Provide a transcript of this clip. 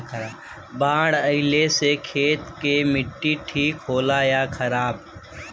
बाढ़ अईला से खेत के माटी ठीक होला या खराब?